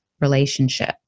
relationship